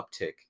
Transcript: uptick